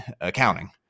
accounting